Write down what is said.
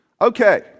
Okay